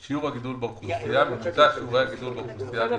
אותם בתי ספר שיהיו שווים לכל התלמידים במדינה